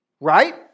Right